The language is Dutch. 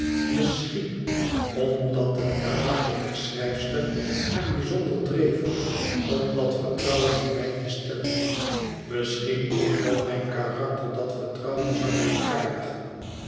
misschien omdat het karakter der schrijfster haar bijzonder dreef om dat vertrouwen in mij te stellen misschien omdat mijn karakter dat vertrouwen zou rechtvaardigen